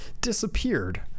disappeared